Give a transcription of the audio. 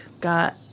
Got